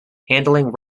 handling